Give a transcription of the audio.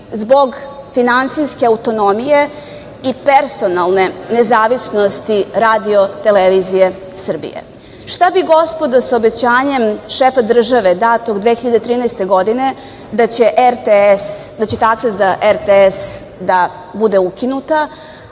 zbog finansijske autonomije i personalne nezavisnosti RTS.Šta bi, gospodo, sa obećanjem šefa države, datog 2013. godine, da će taksa za RTS da bude ukinuta?